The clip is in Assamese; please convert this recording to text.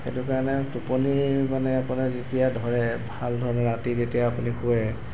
সেইটো কাৰণে টোপনি মানে আপোনাৰ যেতিয়া ধৰে ভালধৰণে ৰাতি যেতিয়া আপুনি শোৱে